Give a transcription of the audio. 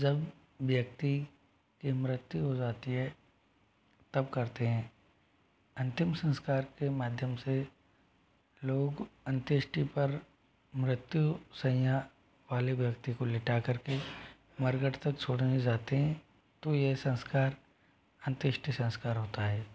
जब व्यक्ति की मृत्यु हो जाती है तब करते हैं अंतिम संस्कार के माध्यम से लोग अंत्येष्टि पर मृत्युशय्या वाले व्यक्ति को लेटा कर के मरघट तक छोड़ने जाते हैं तो ये संस्कार अंत्येष्टि संस्कार होता है